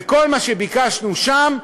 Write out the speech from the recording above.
וכל מה שביקשנו שם,